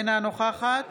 אינה נוכחת